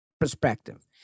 perspective